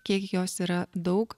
kiek jos yra daug